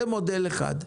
זה מודל אחד.